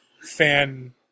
fan